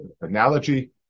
analogy